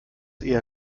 eher